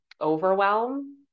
overwhelm